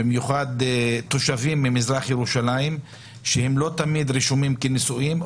במיוחד תושבים ממזרח ירושלים שלא תמיד רשומים כנשואים,